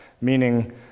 meaning